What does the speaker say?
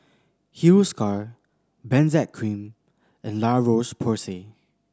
Hiruscar Benzac Cream and La Roche Porsay